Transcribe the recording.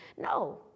No